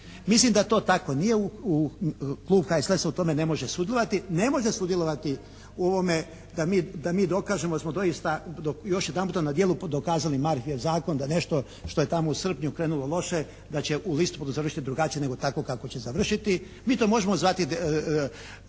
Mislim da to tako nije. Klub HSLS-a u tome ne može sudjelovati. Ne može sudjelovati u ovome da mi dokažemo da smo doista još jedanput na djelu dokazali Marhijev zakon da nešto što je tamo u srpnju krenulo loše, da će u listopadu završiti drugačije nego tako kako će završiti. Mi to možemo zvati